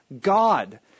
God